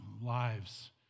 lives